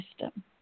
system